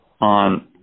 on